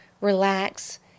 relax